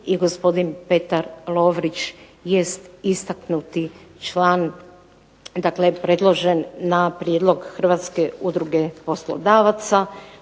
i gospodin Petar Lovrić jest istaknuti član dakle predložen na prijedlog Hrvatske udruge poslodavaca,